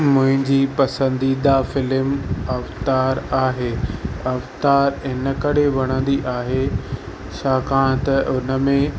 मुंहिंजी पसंदीदा film Avatar आहे अवतार इन करे वणंदी आहे छाकाणि त उन में